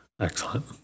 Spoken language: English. Excellent